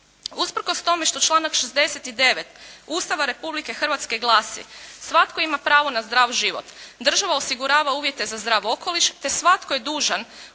Usprkos tome što članak 69. Ustava Republike Hrvatske glasi: "Svatko ima pravo na zdrav život." Država osigurava uvjete za zdrav okoliš te svatko je dužan